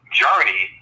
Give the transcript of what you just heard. journey